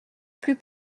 plus